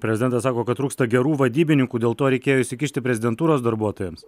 prezidentas sako kad trūksta gerų vadybininkų dėl to reikėjo įsikišti prezidentūros darbuotojams